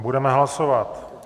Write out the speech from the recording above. Budeme hlasovat.